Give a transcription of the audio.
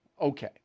Okay